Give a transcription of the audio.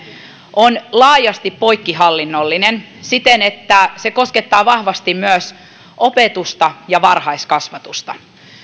on laajasti poikkihallinnollinen siten että se koskettaa vahvasti myös opetusta ja varhaiskasvatusta